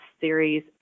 series